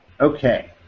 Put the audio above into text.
Okay